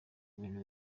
ibintu